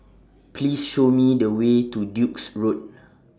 Please Show Me The Way to Duke's Road